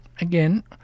again